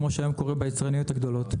כמו שהיום קורה ביצרניות הגדולות.